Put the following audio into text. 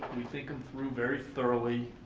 we think them through very thoroughly.